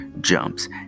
jumps